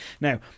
now